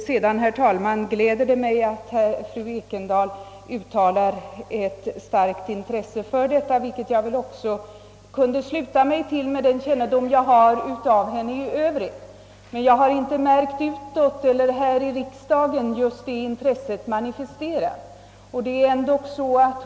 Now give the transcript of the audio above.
Det gläder mig, herr talman, att fru Ekendahl uttalat starkt intresse för detta, vilket jag också kunde sluta mig till med den kännedom jag har om henne i övrigt. Men jag har inte märkt att det intresset manifesterats utåt eller här i riksdagen.